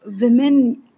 Women